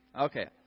Okay